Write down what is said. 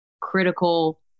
critical